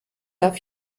darf